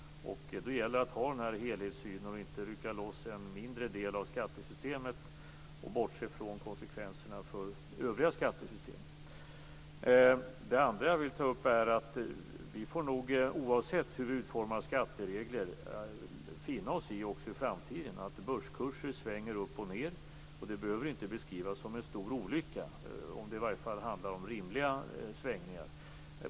Då gäller det att ha en helhetssyn och inte rycka loss en mindre del av skattesystemet och bortse från konsekvenserna för övriga skattesystem. Det andra jag vill ta upp är att vi, oavsett hur vi utformar skatteregler, också i framtiden får finna oss i att börskurser svänger upp och ned. Det behöver inte beskrivas som en stor olycka - i varje fall inte om det handlar om rimliga svängningar.